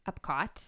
Upcott